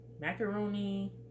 macaroni